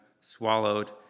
swallowed